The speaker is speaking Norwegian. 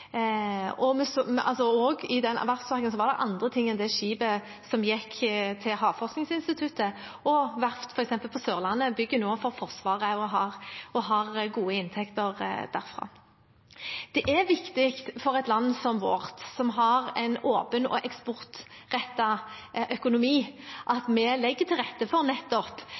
I verftspakken var det også andre ting enn det skipet som gikk til Havforskningsinstituttet. Verft f.eks. på Sørlandet bygger nå for Forsvaret og har gode inntekter derfra. Det er viktig for et land som vårt, som har en åpen og eksportrettet økonomi, å legge til rette for nettopp